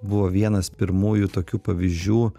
buvo vienas pirmųjų tokių pavyzdžių